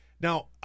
Now